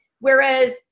Whereas